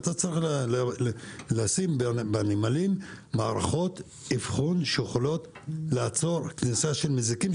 אתה צריך לשים בנמלים מערכות אבחון שיכולות לעצור כניסה של מזיקים,